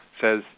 says